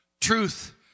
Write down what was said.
truth